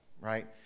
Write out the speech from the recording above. right